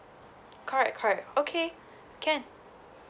correct correct okay can